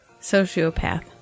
Sociopath